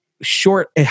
short